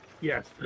Yes